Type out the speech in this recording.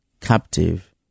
captive